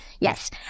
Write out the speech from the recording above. Yes